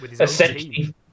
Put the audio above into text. essentially